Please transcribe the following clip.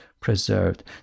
preserved